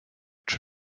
czy